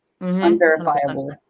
unverifiable